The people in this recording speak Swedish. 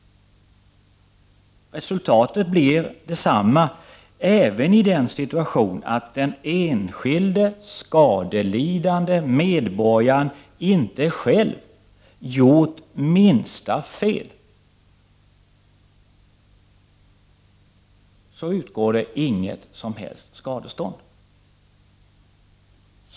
Resultatet blir detsamma, även i den situationen att den enskilde skadelidande medborgaren inte själv har gjort minsta fel. Inte heller då utgår något som helst skadestånd.